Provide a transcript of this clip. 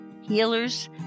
healers